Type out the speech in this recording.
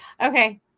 Okay